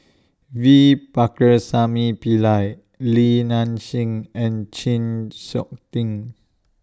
V Pakirisamy Pillai Li Nanxing and Chng Seok Tin